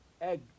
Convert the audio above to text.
egg